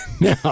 No